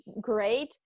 great